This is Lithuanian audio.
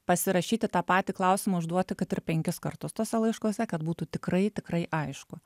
pasirašyti tą patį klausimą užduoti kad ir penkis kartus tuose laiškuose kad būtų tikrai tikrai aišku